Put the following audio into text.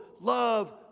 love